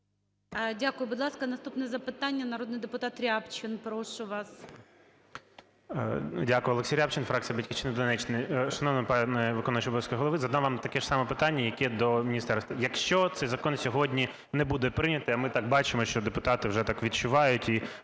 Дякую. Будь ласка, наступне запитання. Народний депутат Рябчин, прошу вас. 17:44:44 РЯБЧИН О.М. Дякую. Олексій Рябчин, фракція "Батьківщина", Донеччина. Шановна пані виконуюча обов'язки Голови, задам вам таке ж саме питання, як і до міністерства. Якщо цей закон сьогодні не буде прийнятий, а ми так бачимо, що депутати вже так відчувають